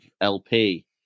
LP